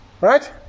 right